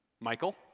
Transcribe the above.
Michael